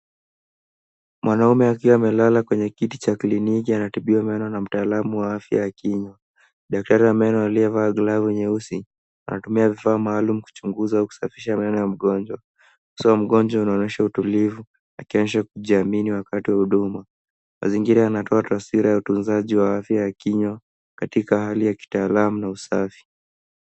Mwanaume akiwa amelala kwenye kiti cha kliniki anatibiwa meno na mtaalamu wa afya ya kinywa. Daktari wa meno aliyevaa glavu nyeusi anatumia vifaa maalum kuchunguza au kusafisha meno ya mgonjwa. Uso wa mgonjwa anaonyesha utulivu, akionyesha kujiamini wakati wa huduma. Mazingira yanatowa taswira utunzaji wa afya ya kinywa katika hali ya kitaalamu na usafi.